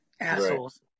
Assholes